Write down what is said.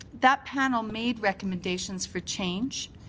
that panel made recommendations for change,